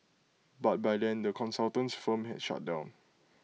but by then the consultant's firm had shut down